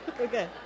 Okay